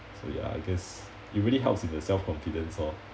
so ya I guess it really helps in your self confidence lor